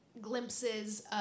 glimpses